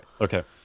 Okay